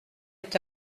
est